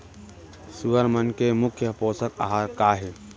सुअर मन के मुख्य पोसक आहार का हे?